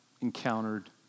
encountered